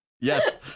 Yes